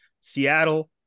Seattle